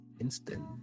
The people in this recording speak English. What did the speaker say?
instant